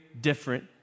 different